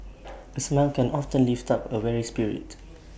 A smile can often lift up A weary spirit